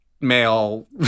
male